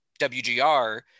WGR